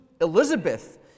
Elizabeth